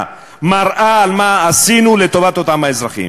מראה על מה עשינו לטובת אותם האזרחים.